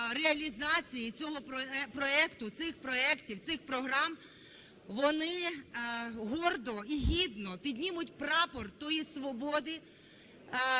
проекту, цих проектів, цих програм, вони гордо і гідно піднімуть прапор тої свободи,